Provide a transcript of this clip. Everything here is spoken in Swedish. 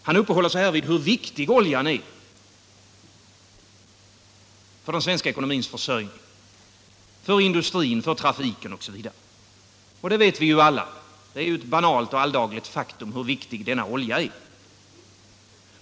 Han uppehåller sig här vid hur viktig oljan är för den svenska ekonomin, för industrin, för trafiken osv. Och det vet vi alla —- det är ett banalt och alldagligt faktum hur viktig denna olja är.